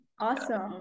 Awesome